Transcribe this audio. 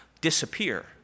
disappear